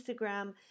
Instagram